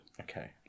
Okay